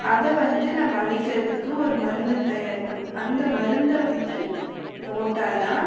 அதை வந்து நம்ம அழிகிறதுக்கு ஒரு மருந்து தயாரிக்கணும் அந்த மருந்தை வந்து போட்டால் தான்